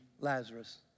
Lazarus